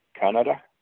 Canada